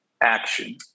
action